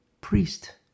Priest